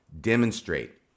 demonstrate